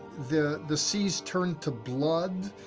the the seas turned to blood.